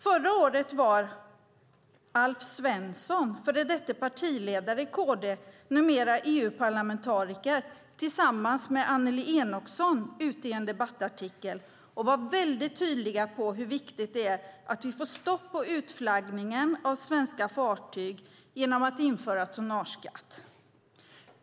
Förra året skrev Alf Svensson, före detta partiledare i KD och numera EU-parlamentariker, tillsammans med Annelie Enochson en debattartikel. De var mycket tydliga med hur viktigt det är att vi får stopp på utflaggningen av svenska fartyg genom att införa tonnageskatt.